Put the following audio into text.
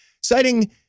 citing